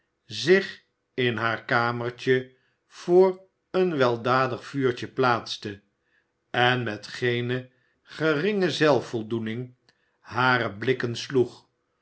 zich in haar kamertje voor een weldadig vuurtje plaatste en met geene geringe zelfvoldoening hare blikken sloeg